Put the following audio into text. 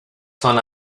son